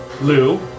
Lou